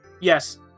yes